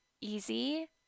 easy